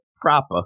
proper